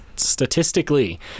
statistically